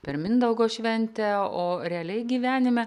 per mindaugo šventę o realiai gyvenime